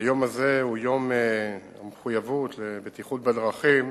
היום הזה הוא יום המחויבות לבטיחות בדרכים,